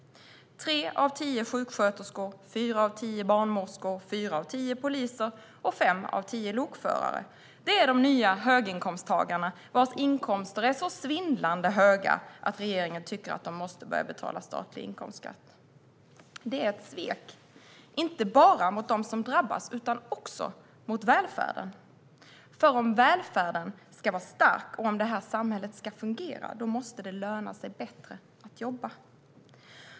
Tre av tio sjuksköterskor, fyra av tio barnmorskor, fyra av tio poliser och fem av tio lokförare - det är de nya höginkomsttagarna, vars inkomster är så svindlande höga att regeringen tycker att de måste börja betala statlig inkomstskatt. Detta är ett svek, inte bara mot dem som drabbas utan också mot välfärden. Om välfärden ska vara stark och om det här samhället ska fungera måste det löna sig bättre att jobba.